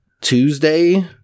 Tuesday